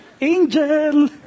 Angel